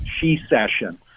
she-session